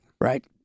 Right